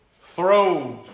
throw